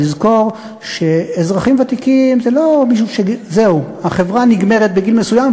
לזכור שאזרחים ותיקים זה לא שהחברה נגמרת בגיל מסוים,